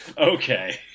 Okay